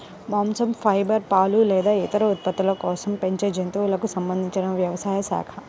మాంసం, ఫైబర్, పాలు లేదా ఇతర ఉత్పత్తుల కోసం పెంచే జంతువులకు సంబంధించిన వ్యవసాయ శాఖ